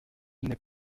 n’est